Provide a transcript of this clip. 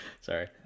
sorry